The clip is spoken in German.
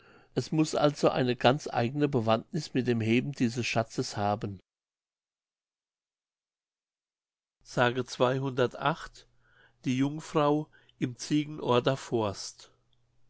es muß also eine ganz eigne bewandniß mit dem heben dieses schatzes haben die jungfrau im ziegenorter forst